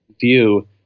view